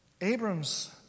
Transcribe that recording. Abram's